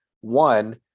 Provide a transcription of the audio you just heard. one